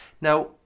Now